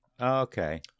okay